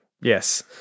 Yes